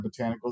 botanicals